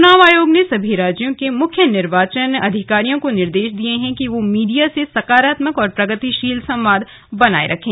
चुनाव आयोग ने सभी राज्यों के मुख्य निर्वाचन अधिकारियों को निर्देश दिए हैं कि वे मीडिया से सकारात्मक और प्रगतिशील संवाद बनाए रखें